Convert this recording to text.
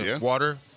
water